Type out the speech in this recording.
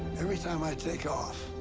every time i take off,